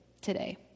today